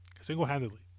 Single-handedly